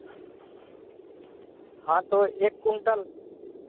हाँ तो एक कुंटल